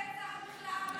מי הזכיר את חיילי צה"ל בכלל?